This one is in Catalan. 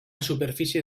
superfície